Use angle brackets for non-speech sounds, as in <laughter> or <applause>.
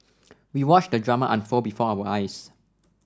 <noise> we watched the drama unfold before our eyes